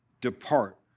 depart